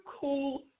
cool